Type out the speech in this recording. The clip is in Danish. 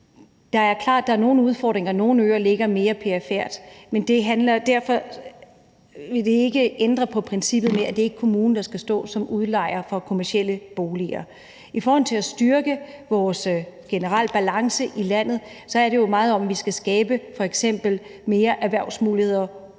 Det er klart, at der er nogle udfordringer, og at nogle øer ligger mere perifert, men derfor vil det ikke ændre på princippet med, at det ikke er kommunen, der skal stå som udlejer af kommercielle boliger. I forhold til at styrke vores generelle balance i landet handler det jo meget om, at vi f.eks. skal skabe flere erhvervsmuligheder uden